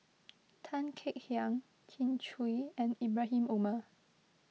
Tan Kek Hiang Kin Chui and Ibrahim Omar